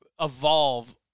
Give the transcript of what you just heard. evolve